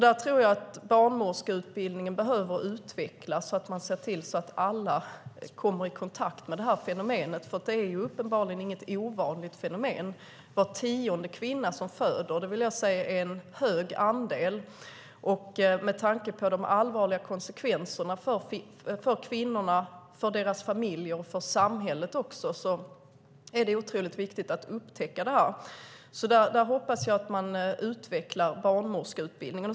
Jag tror att barnmorskeutbildningen behöver utvecklas så att alla kommer i kontakt med det här fenomenet, för det är uppenbarligen inget ovanligt fenomen. Det drabbar var tionde kvinna som föder, och det vill jag säga är en hög andel. Med tanke på de allvarliga konsekvenserna för kvinnorna, för deras familjer och också för samhället är det otroligt viktigt att upptäcka detta. Därför hoppas jag alltså att man utvecklar barnmorskeutbildningen.